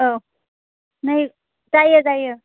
औ नै जायो जायो